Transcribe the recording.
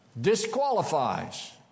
Disqualifies